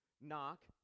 Knock